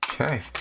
Okay